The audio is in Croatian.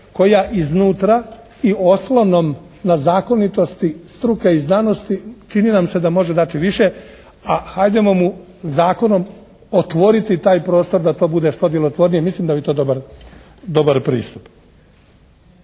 koja iznutra i oslonom na zakonitosti struke i znanosti čini nam se da može dati više, a hajdemo mu zakonom otvoriti taj prostor da to bude što djelotvornije. Mislim da bi to dobar pristup.